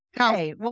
Okay